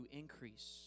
increase